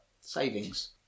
savings